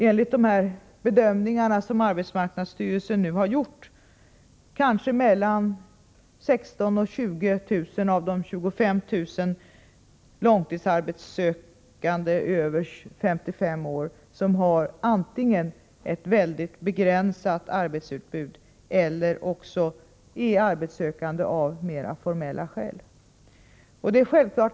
Enligt de bedömningar som arbetsmarknadsstyrelsen har gjort finns det nu mellan 16 000 och 20 000 av de 25 000 långtidsarbetssökande över 55 år som antingen har ett mycket begränsat utbud eller är arbetssökande av mera formella skäl.